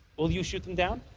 will you shoot them down?